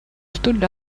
stood